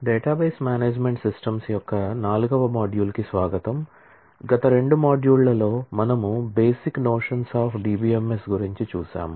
database management systems యొక్క module 4 కు స్వాగతం గత రెండు మాడ్యూళ్ళలో మనము DBMS యొక్క ప్రాథమిక భావాలను గురించి చూసాం